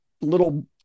little